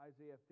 Isaiah